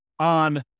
on